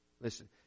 Listen